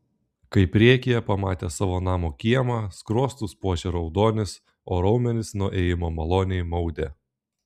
kai priekyje pamatė savo namo kiemą skruostus puošė raudonis o raumenis nuo ėjimo maloniai maudė